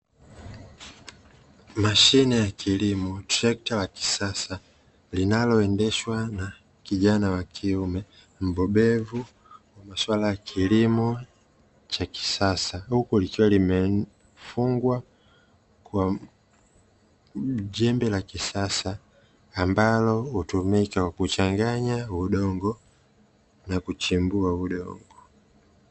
Mashine ya kilimo, trekta la kisasa linaloendeshwa na kijana wa kiume mbobevu wa maswala ya kilimo cha kisasa, huku likiwa limefungwa kwa jembe la kisasa ambalo hutumika kwa kuchanganya udongo na kuchimbua udongo.